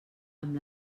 amb